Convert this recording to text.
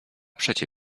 przecie